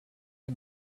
him